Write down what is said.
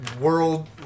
world